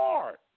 Hard